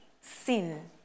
sin